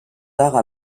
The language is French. arts